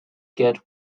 get